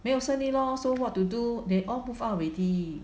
没有生意 lor so what to do they all move out already